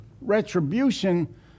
retribution